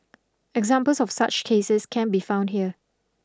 examples of such cases can be found here